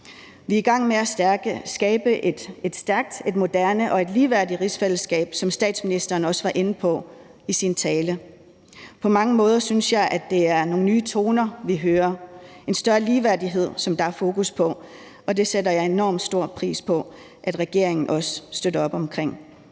Vi er i gang med at skabe et stærkt, et moderne og et ligeværdigt rigsfællesskab, som statsministeren også var inde på i sin tale. På mange måder synes jeg, at det er nogle nye toner, vi hører, nemlig om en større ligeværdighed, som der er fokus på. Det sætter jeg enormt stor pris på at regeringen også støtter op omkring.